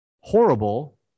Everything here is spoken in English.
horrible